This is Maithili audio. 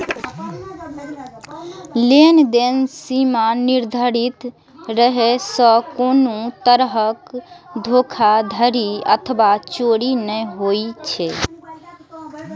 लेनदेन सीमा निर्धारित रहै सं कोनो तरहक धोखाधड़ी अथवा चोरी नै होइ छै